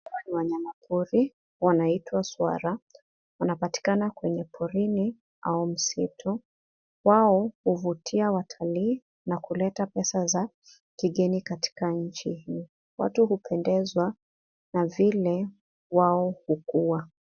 Hawa ni wanyamapori wanaitwa swara. Wanapatikana kwenye porini au msitu. Wao huvutia watalii na kuleta pesa za kigeni katika nchi hii. Watu hupendezwa na vile wao hukua.